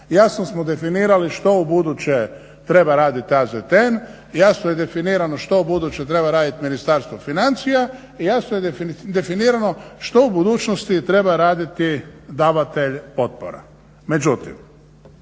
Jasno smo definirali što u buduće treba raditi AZTN. Jasno je definirano što ubuduće treba raditi Ministarstvo financija i jasno je definirano što u budućnosti treba raditi davatelj potpora.